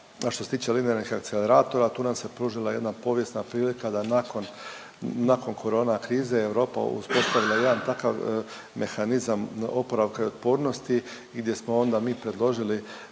A što se tiče linearnih akceleratora tu nam se pružila jedna povijesna prilika da nakon korona krize Europa je uspostavila jedan takav mehanizam oporavka i otpornosti gdje smo onda mi predložili